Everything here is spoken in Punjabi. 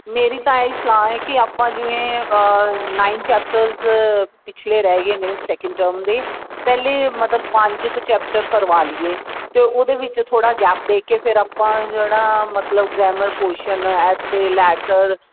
ਮੇਰੀ ਤਾਂ ਇਹੀ ਸਲਾਹ ਹੈ ਕਿ ਆਪਾਂ ਜਿਵੇਂ ਨਾਈਨ ਚੈਪਟਰ ਪਿਛਲੇ ਰਹਿ ਗਏ ਨੇ ਸੈਕਿੰਡ ਟਰਮ ਦੇ ਪਹਿਲੇ ਮਤਲਬ ਪੰਜ ਕੁ ਚੈਪਟਰ ਕਰਵਾ ਲਈਏ ਅਤੇ ਉਹਦੇ ਵਿੱਚ ਥੋੜ੍ਹਾ ਜਿਹਾ ਗੈਬ ਦੇ ਕੇ ਫਿਰ ਆਪਾਂ ਜਿਹੜਾ ਮਤਲਬ ਗਰੈਮਰ ਪੋਸ਼ਨ ਐਸਏ ਲੈਟਰ